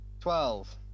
Twelve